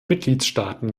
mitgliedstaaten